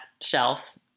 shelf